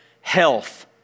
health